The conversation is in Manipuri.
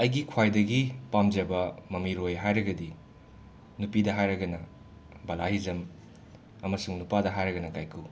ꯑꯩꯒꯤ ꯈ꯭ꯋꯥꯏꯗꯒꯤ ꯄꯥꯝꯖꯕ ꯃꯃꯤꯔꯣꯏ ꯍꯥꯏꯔꯒꯗꯤ ꯅꯨꯄꯤꯗ ꯍꯥꯏꯔꯒꯅ ꯕꯂꯥ ꯍꯤꯖꯝ ꯑꯃꯁꯨꯡ ꯅꯨꯄꯥꯗ ꯍꯥꯏꯔꯒꯅ ꯀꯥꯏꯀꯨ